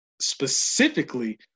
specifically